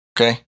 Okay